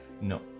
No